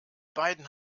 beiden